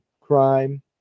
crime